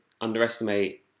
underestimate